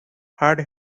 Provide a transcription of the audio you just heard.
hard